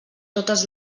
totes